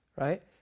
right